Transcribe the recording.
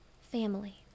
family